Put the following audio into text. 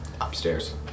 Upstairs